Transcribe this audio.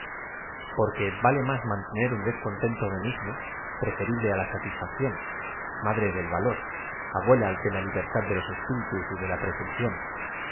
que vale máa mantener un descontento benigno preferible á la satisfacción madre del valo r abuela de la libertad de eapiritu y de la presunción